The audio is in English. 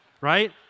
right